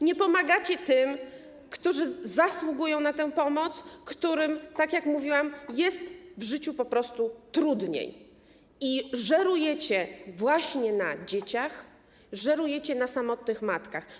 Nie pomagacie tym, którzy zasługują na tę pomoc, którym, tak jak mówiłam, jest w życiu po prostu trudniej, i żerujecie właśnie na dzieciach, żerujecie na samotnych matkach.